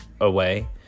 away